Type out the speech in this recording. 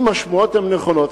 אם השמועות נכונות,